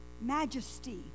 Majesty